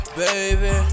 baby